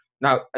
now